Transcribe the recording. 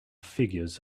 figures